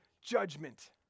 judgment